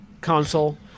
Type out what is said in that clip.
console